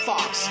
Fox